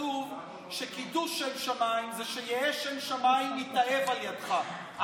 כתוב שקידוש שם שמיים זה שיהא שם שמיים מתאהב על ידך.